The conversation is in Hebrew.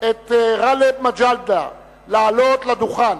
את גאלב מג'אדלה לעלות לדוכן.